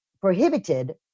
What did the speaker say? prohibited